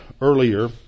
earlier